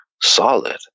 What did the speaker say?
solid